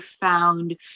found